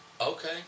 okay